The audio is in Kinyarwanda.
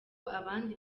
abandi